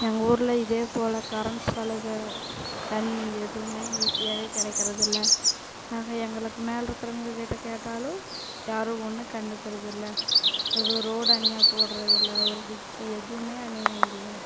எங்கள் ஊரில் இதேப்போல் கரண்ட் சலுகை தண்ணி எதுவும் ஈஸியாகவே கிடைக்குறதில்ல நாங்கள் எங்களுக்கு மேலே இருக்கிறவங்கள்ட்ட கேட்டாலும் யாரும் ஒன்றும் கண்டுக்கிறதில்ல ஒரு ரோடு அணியாக போடுறதில்ல ஒரு டிச்சி எதுவும் அணியாக இல்லை